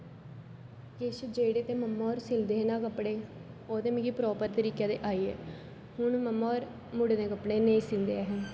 किश जेहडे ममा और सिलदे है ना कपडे़ ओह् ते मिगी प्रापर तरिके दे आई गये हून ममा होर मुडे़ दे कपडे़ नेईं सींदे ऐ हे